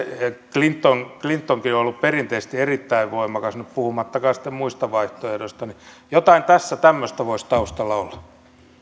clintonkin clintonkin on ollut perinteisesti erittäin voimakas puhumattakaan sitten muista vaihtoehdoista jotain tämmöistä tässä voisi taustalla olla